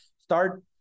start